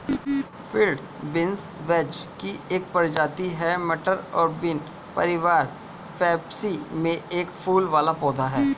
field beans vetch की एक प्रजाति है, मटर और बीन परिवार फैबेसी में एक फूल वाला पौधा है